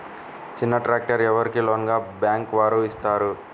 చిన్న ట్రాక్టర్ ఎవరికి లోన్గా బ్యాంక్ వారు ఇస్తారు?